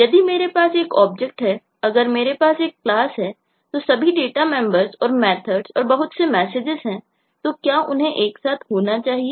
यदि मेरे पास एक ऑब्जेक्ट होना चाहिए